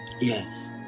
Yes